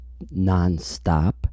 nonstop